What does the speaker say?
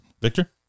Victor